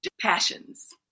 passions